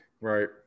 Right